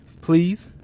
please